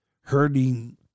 hurting